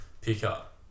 pick-up